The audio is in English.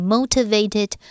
Motivated